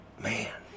Man